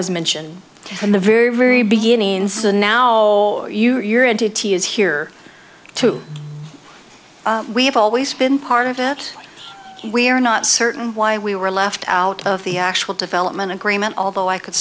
was mention from the very very beginnings of the now you're entity is here to we have always been part of it we are not certain why we were left out of the actual development agreement although i could